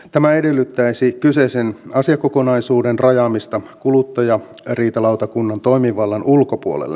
tämä edellyttäisi kyseisen asiakokonaisuuden rajaamista kuluttajariitalautakunnan toimivallan ulkopuolelle